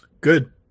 Good